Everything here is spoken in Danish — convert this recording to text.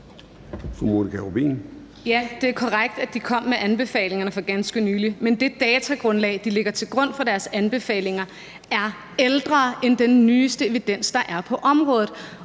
Ja, det er korrekt, at de kom med anbefalingerne for ganske nylig, men det datagrundlag, de lægger til grund for deres anbefalinger, er ældre end den nyeste evidens, der er på området,